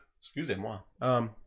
Excusez-moi